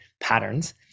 patterns